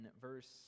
verse